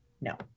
no